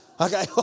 okay